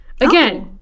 Again